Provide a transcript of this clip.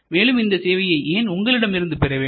மேலும் இந்த சேவையை ஏன் உங்களிடம் இருந்து பெற வேண்டும்